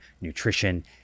nutrition